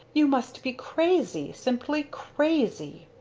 you must be crazy simply crazy!